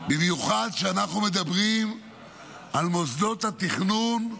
במיוחד כשאנחנו מדברים על מוסדות התכנון,